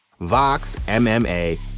VOXMMA